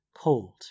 cold